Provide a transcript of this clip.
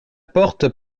porte